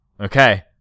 Okay